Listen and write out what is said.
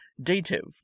dative